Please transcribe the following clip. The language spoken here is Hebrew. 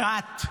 אחת,